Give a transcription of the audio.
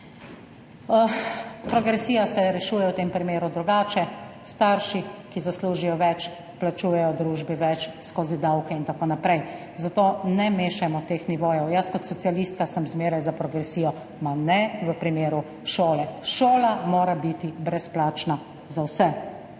Progresija se rešuje v tem primeru drugače – starši, ki zaslužijo več, plačujejo družbi več skozi davke in tako naprej –, zato ne mešajmo teh nivojev. Jaz kot socialistka sem zmeraj za progresijo, a ne v primeru šole, šola mora biti brezplačna za vse.